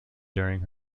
during